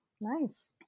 Nice